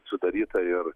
sudaryta ir